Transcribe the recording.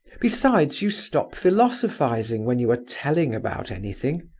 besides, you stop philosophizing when you are telling about anything.